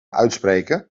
uitspreken